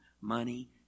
money